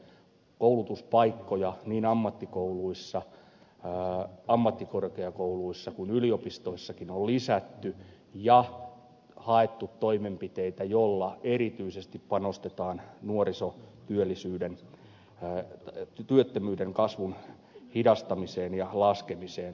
koulutuspaikkoja niin ammattikouluissa ammattikorkeakouluissa kuin yliopistoissakin on lisätty ja haettu toimenpiteitä joilla erityisesti panostetaan nuorisotyöttömyyden kasvun hidastamiseen ja laskemiseen